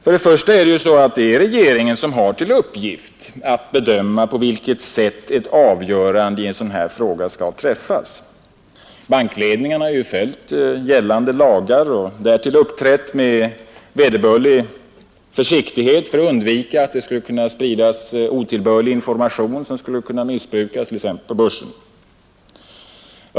För det första är det ju regeringen som har till uppgift att bedöma på vilket sätt ett avgörande i en sådan här fråga skall träffas. Bankledningarna har följt gällande lagar och därtill uppträtt med vederbörlig försiktighet för att undvika att det skulle kunna spridas otillbörlig information som skulle kunna missbrukas t.ex. på börsen.